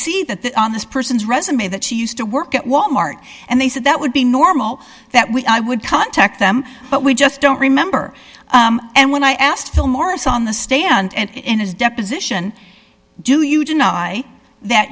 see that on this person's resume that she used to work at wal mart and they said that would be normal that we i would contact them but we just don't remember and when i asked phil morris on the stand and in his deposition do you deny that